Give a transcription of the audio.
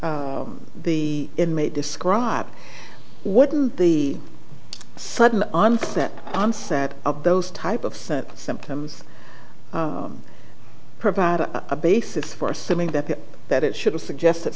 the inmate describe what the sudden onset onset of those type of symptoms provide a basis for assuming that that it should have suggested